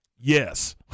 Yes